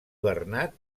bernat